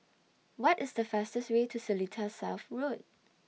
What IS The fastest Way to Seletar South Road